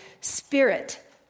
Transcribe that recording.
spirit